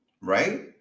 right